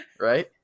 right